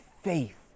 faith